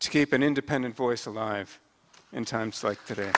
to keep an independent voice alive in times like today